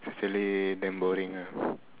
is really damn boring ah